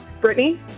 Brittany